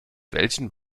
welchen